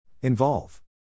Involve